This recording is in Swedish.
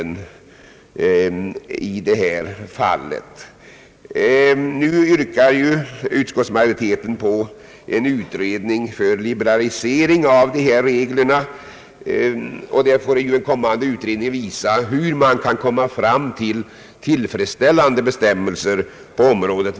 Nu yrkar ju utskottsmajoriteten på en utredning om liberalisering av dessa regler, och denna utredning får väl visa hur man skall kunna skapa tillfredsställande bestämmelser på området.